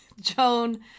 Joan